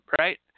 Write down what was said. right